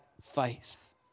faith